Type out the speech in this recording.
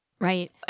Right